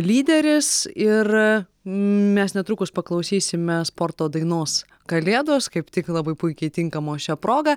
lyderis ir mes netrukus paklausysime sporto dainos kalėdos kaip tik labai puikiai tinkamos šia proga